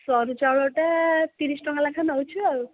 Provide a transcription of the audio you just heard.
ସରୁ ଚାଉଳଟା ତିରିଶ ଟଙ୍କା ଲେଖା ନେଉଛୁ ଆଉ